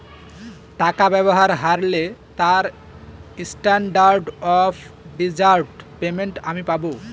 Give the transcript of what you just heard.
টাকা ব্যবহার হারলে তার স্ট্যান্ডার্ড অফ ডেজার্ট পেমেন্ট আমি পাব